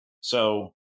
So-